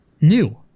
new